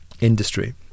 industry